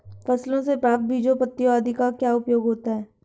फसलों से प्राप्त बीजों पत्तियों आदि का क्या उपयोग होता है?